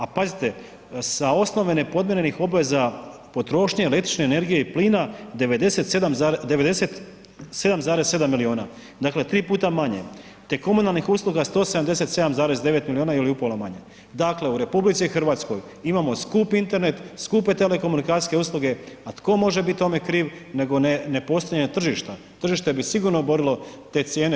A pazite, sa osnove nepodmirenih obveza potrošnje električne energije i plina 97,7 milijuna, dakle 3 puta manje, te komunalnih usluga 177,9 milijuna ili upola manje, dakle u RH imamo skup Internet, skupe telekomunikacijske usluge, a tko može bit tome kriv nego nepostojanje tržišta, tržište bi sigurno oborilo te cijene.